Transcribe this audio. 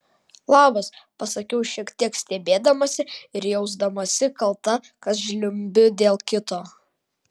labas pasakiau šiek tiek stebėdamasi ir jausdamasi kalta kad žliumbiu dėl kito